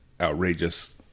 outrageous